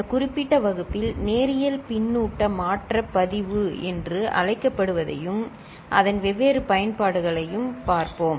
இந்த குறிப்பிட்ட வகுப்பில் நேரியல் பின்னூட்ட மாற்ற பதிவு என்று அழைக்கப்படுவதையும் அதன் வெவ்வேறு பயன்பாடுகளையும் பார்ப்போம்